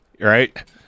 Right